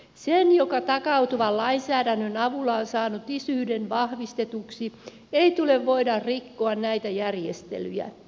sen joka takautuvan lainsäädännön avulla on saanut isyyden vahvistetuksi ei tule voida rikkoa näitä järjestelyjä